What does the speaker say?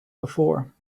before